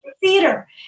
theater